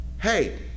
hey